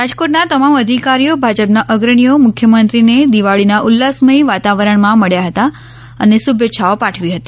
રાજકોટના તમામ અધિકારીઓ ભાજપના અગ્રણીઓ મુખ્યમંત્રીને દિવાળીના ઉલ્લાસમય વાતાવરણમાં મળ્યા હતા અને શુભેચ્છાઓ પાઠવી હતી